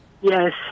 Yes